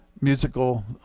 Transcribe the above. musical